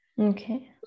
Okay